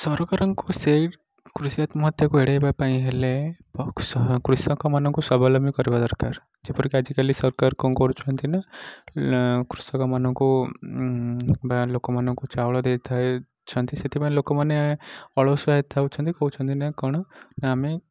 ସରକାରଙ୍କୁ ସେଇ କୃଷି ଆତ୍ମହତ୍ୟାକୁ ଏଡ଼େଇବା ପାଇଁ ହେଲେ କୃଷକମାନଙ୍କୁ ସ୍ଵାବଲମ୍ବୀ କରିବା ଦରକାର ଯେପରିକି ଆଜିକାଲି ସରକାର କ'ଣ କରୁଛନ୍ତି ନା କୃଷକମାନଙ୍କୁ ବାହାର ଲୋକମାନଙ୍କୁ ଚାଉଳ ଦେଇଥାଉଛନ୍ତି ସେଥିପାଇଁ ଲୋକମାନେ ଅଳସୁଆ ହୋଇଥାଉଛନ୍ତି କହୁଛନ୍ତି ନା କଣ ନା ଆମେ